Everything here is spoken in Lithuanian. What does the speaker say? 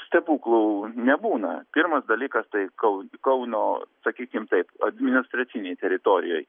stebuklų nebūna pirmas dalykas tai kau kauno sakykim taip administracinėj teritorijoj